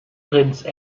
prince